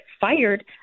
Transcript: fired